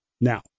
Now